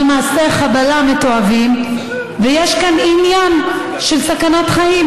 מעשי חבלה מתועבים ויש כאן עניין של סכנת חיים.